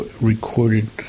recorded